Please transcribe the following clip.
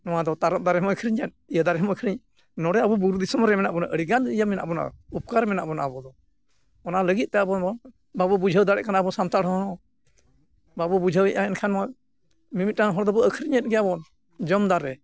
ᱱᱚᱣᱟ ᱫᱚ ᱛᱟᱨᱚᱵ ᱫᱟᱨᱮ ᱦᱚᱢ ᱟᱹᱠᱷᱟᱨᱤᱧᱮᱫ ᱤᱭᱟᱹ ᱫᱟᱨᱮ ᱦᱚᱢ ᱟᱹᱠᱷᱟᱨᱤᱧ ᱱᱚᱸᱰᱮ ᱟᱵᱚ ᱵᱩᱨᱩ ᱫᱤᱥᱚᱢ ᱨᱮ ᱢᱮᱱᱟᱜ ᱵᱚᱱᱟ ᱟᱹᱰᱤᱜᱟᱱ ᱤᱭᱟᱹ ᱢᱮᱱᱟᱜ ᱵᱚᱱᱟ ᱩᱯᱠᱟᱹᱨ ᱢᱮᱱᱟᱜ ᱵᱚᱱᱟ ᱟᱵᱚ ᱫᱚ ᱚᱱᱟ ᱞᱟᱹᱜᱤᱫ ᱛᱮ ᱟᱵᱚ ᱫᱚ ᱵᱟᱵᱚ ᱵᱩᱡᱷᱟᱹᱣ ᱫᱟᱲᱮᱭᱟᱜ ᱠᱟᱱᱟ ᱟᱵᱚ ᱥᱟᱱᱛᱟᱲ ᱦᱚᱲ ᱦᱚᱸ ᱵᱟᱵᱚ ᱵᱩᱡᱷᱟᱹᱣ ᱮᱜᱼᱟ ᱮᱱᱠᱷᱟᱱ ᱢᱟ ᱢᱤᱢᱤᱫ ᱴᱟᱝ ᱦᱚᱲ ᱫᱚᱵᱚᱱ ᱟᱹᱠᱷᱟᱨᱤᱧᱮᱫ ᱜᱮᱭᱟ ᱵᱚᱱ ᱡᱚᱢ ᱫᱟᱨᱮ